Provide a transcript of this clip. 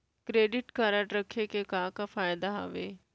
Credit card रखे के का का फायदा हवे?